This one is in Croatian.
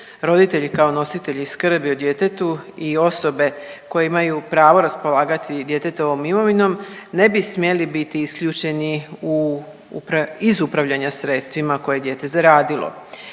roditelji kao nositelji skrbi o djetetu i osobe koje imaju pravo raspolagati djetetovom imovinom, ne bi smjeli biti isključeni u, iz upravljanja sredstvima koje je dijete zaradilo.